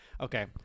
okay